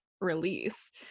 release